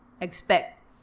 expect